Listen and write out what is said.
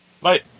Bye